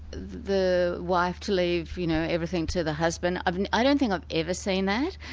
the wife to leave you know everything to the husband. um i don't think i've ever seen that.